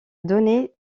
donné